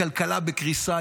הכלכלה בקריסה,